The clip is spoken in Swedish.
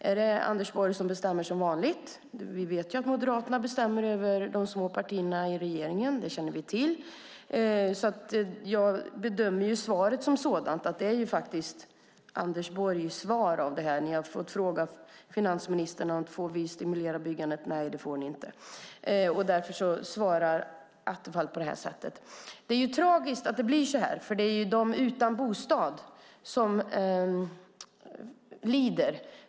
Är det som vanligt Anders Borg som bestämmer? Vi vet att Moderaterna bestämmer över de små partierna i regeringen. Jag bedömer att det här är ett Anders Borg-svar. Ni har frågat finansministern om det går bra att stimulera byggandet och fått svaret att det inte går. Därför svarar Attefall på det här sättet. Det är tragiskt att det blir så här. Det är de utan bostad som lider.